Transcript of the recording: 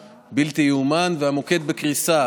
הבלתי-ייאמן, והמוקד בקריסה.